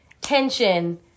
tension